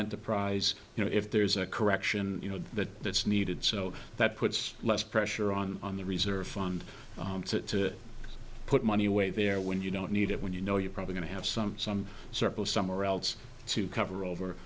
enterprise you know if there's a correction you know that that's needed so that puts less pressure on the reserve fund to put money away there when you don't need it when you know you're probably going to have some some surplus somewhere else to cover over